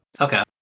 okay